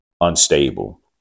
unstable